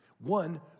One